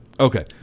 Okay